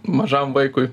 mažam vaikui